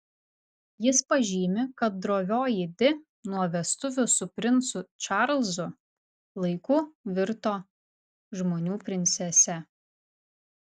jis pažymi kad drovioji di nuo vestuvių su princu čarlzu laikų virto žmonių princese